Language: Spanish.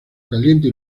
caliente